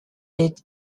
est